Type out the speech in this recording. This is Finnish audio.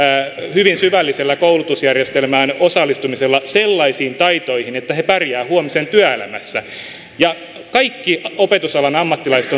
hyvin syvällisellä koulutusjärjestelmään osallistumisella sellaisiin taitoihin että he pärjäävät huomisen työelämässä ja kaikki opetusalan ammattilaiset